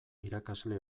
irakasle